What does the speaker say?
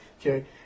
Okay